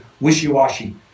wishy-washy